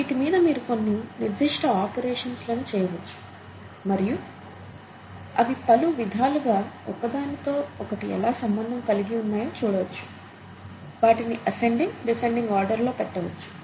వీటి మీద మీరు కొన్ని నిర్దిష్ట ఆపరేషన్స్ t చేయవచ్చు మరియు అవి పలు విధాలుగా ఒకదానితో ఒకటి ఎలా సంబంధం కలిగి ఉన్నాయో చూడవచ్చు వాటిని అసెండింగ్ డిసెండింగ్ ఆర్డర్ లో పెట్టవచ్చు